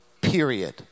period